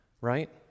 right